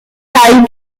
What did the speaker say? portail